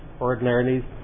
ordinarily